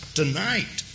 tonight